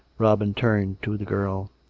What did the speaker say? robin turned to the girl.